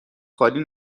خالی